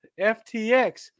FTX